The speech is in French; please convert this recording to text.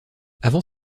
avant